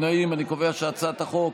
להעביר את הצעת החוק